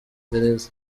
perez